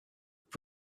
vous